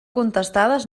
contestades